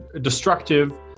destructive